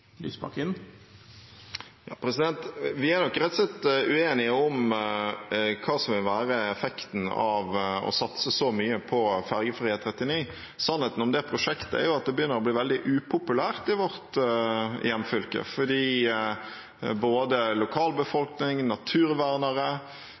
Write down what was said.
Vi er nok rett og slett uenige om hva som vil være effekten av å satse så mye på ferjefri E39. Sannheten om det prosjektet er jo at det begynner å bli veldig upopulært i vårt hjemfylke. Både